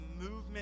movement